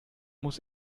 muss